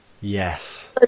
Yes